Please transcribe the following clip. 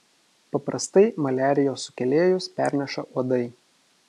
paprastai maliarijos sukėlėjus perneša uodai